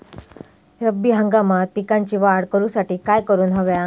रब्बी हंगामात पिकांची वाढ करूसाठी काय करून हव्या?